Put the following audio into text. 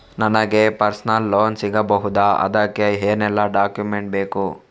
ನನಗೆ personal loan ಸಿಗಬಹುದ ಅದಕ್ಕೆ ಏನೆಲ್ಲ ಡಾಕ್ಯುಮೆಂಟ್ ಬೇಕು?